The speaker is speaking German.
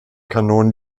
kanonen